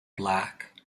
black